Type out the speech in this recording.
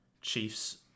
Chiefs